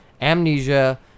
Amnesia